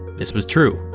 this was true.